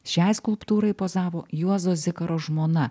šiai skulptūrai pozavo juozo zikaro žmona